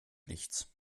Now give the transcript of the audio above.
nichts